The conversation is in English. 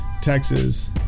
Texas